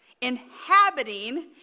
inhabiting